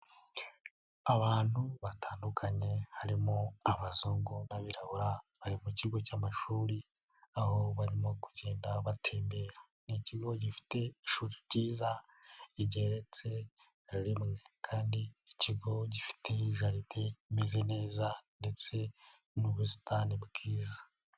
Abantu batandukanye harimo abazungu n'abirabura, bari mu kigo cy'amashuri, aho barimo kugenda batembera. Ni ikigo gifite ishuri ryiza rigeretse rimwe, kandi ikigo gifite jaride imeze neza, ndetse n'ubusitani bwiza.